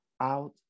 out